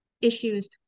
issues